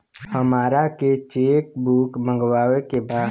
हमारा के cheque book मगावे के बा?